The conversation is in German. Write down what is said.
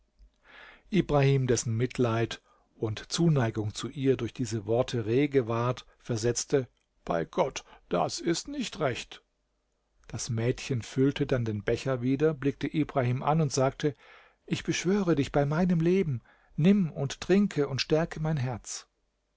ibrahim dessen mitleid und zuneigung zu ihr durch diese worte rege ward versetzte bei gott das ist nicht recht das mädchen füllte dann den becher wieder blickte ibrahim an und sagte ich beschwöre dich bei meinem leben nimm und trinke und stärke mein herz